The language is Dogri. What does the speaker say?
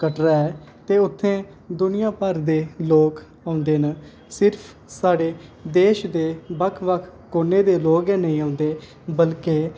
कटरा ऐ ते उत्थें दूनिया भर दे लोग औंदे न सिर्फ साढ़े देश दे बक्ख बक्ख कोने दे लोग गै नेईं औंदे बल्के